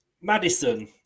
Madison